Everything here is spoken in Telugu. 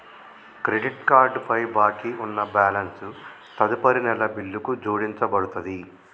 క్రెడిట్ కార్డ్ పై బాకీ ఉన్న బ్యాలెన్స్ తదుపరి నెల బిల్లుకు జోడించబడతది